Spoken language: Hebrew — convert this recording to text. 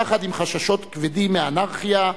יחד עם חששות כבדים מאנרכיה,